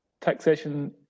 taxation